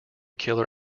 killer